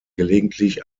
gelegentlich